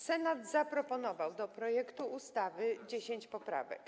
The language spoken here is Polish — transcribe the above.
Senat zaproponował do projektu ustawy 10 poprawek.